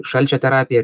šalčio terapija